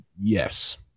Yes